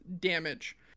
damage